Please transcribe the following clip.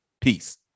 Peace